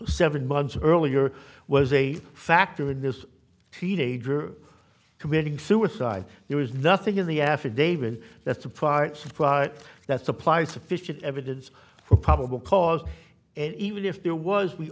seven months earlier was a factor in this teenager committing suicide there was nothing in the affidavit that the parts of it that supply sufficient evidence for probable cause and even if there was we